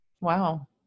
wow